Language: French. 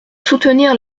soutenir